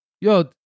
yo